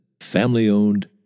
family-owned